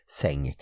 säng